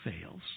fails